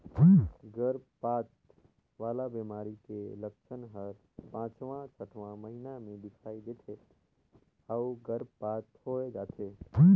गरभपात वाला बेमारी के लक्छन हर पांचवां छठवां महीना में दिखई दे थे अउ गर्भपात होय जाथे